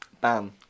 bam